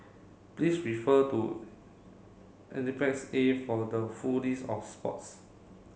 please refer to A for the full list of sports